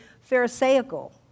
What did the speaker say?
pharisaical